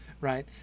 right